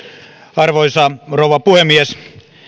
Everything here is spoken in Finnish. arvoisa rouva puhemies